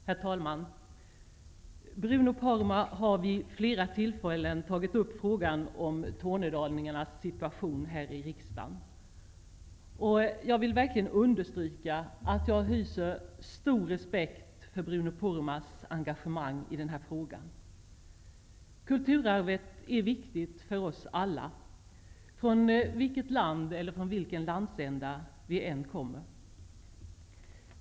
Herr talman! Bruno Poromaa har vid flera tillfällen här i riksdagen tagit upp frågan om tornedalingarnas situation. Jag vill verkligen understryka att jag hyser stor respekt för Bruno Poromaas engagemang i den här frågan. Kulturarvet är viktigt för oss alla, från vilket land eller från vilken landsända vi än kommer.